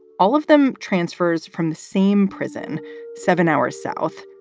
all of them transfers from the same prison seven hours south.